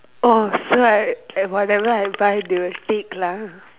oh so I whatever I buy they will take lah